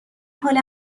حال